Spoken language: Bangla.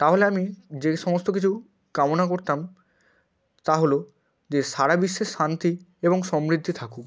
তাহলে আমি যে সমস্ত কিছু কামনা করতাম তা হলো যে সারা বিশ্বের শান্তি এবং সমৃদ্ধি থাকুক